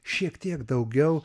šiek tiek daugiau